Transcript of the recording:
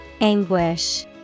Anguish